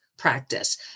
Practice